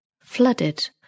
Flooded